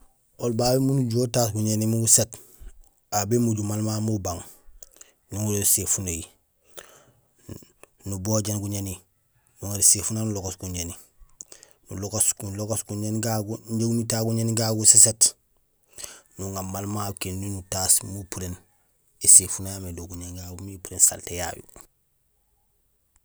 Oli babé miin ujuhé utaas guñéni imbi guséét, aw bémojul maal mamu ubang nuŋorul éséfunohi nubojéén guñéni, nuŋaar éséfuno yayu nulogoos guñéni; nulogoos go, nulogoos guñéén gagu inja umi tahé guñéén gagu guséséét nuŋa maal mamu kindi nutaas miin upuréén éséfuno jaamé do guñéén gagu miin épuréén salté yayu.